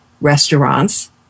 restaurants